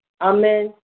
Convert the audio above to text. Amen